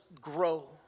grow